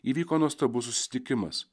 įvyko nuostabus susitikimas